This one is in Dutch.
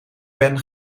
ben